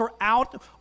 out